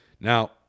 Now